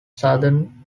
southern